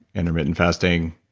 intermittent fasting?